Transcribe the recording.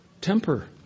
temper